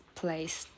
place